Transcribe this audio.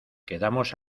quedamos